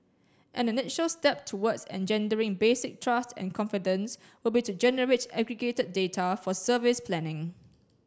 an initial step towards engendering basic trust and confidence would be to generate aggregated data for service planning